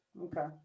Okay